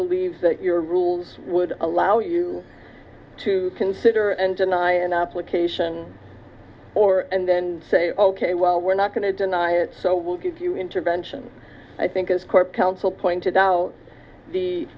believe that your rules would allow you to consider and deny an application or and then say ok well we're not going to deny it so we'll give you intervention i think as court counsel pointed out the